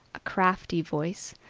a crafty voice,